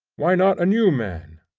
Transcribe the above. why not a new man?